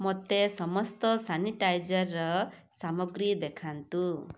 ମୋତେ ସମସ୍ତ ସାନିଟାଇଜର୍ର ସାମଗ୍ରୀ ଦେଖାନ୍ତୁ